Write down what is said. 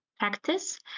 Practice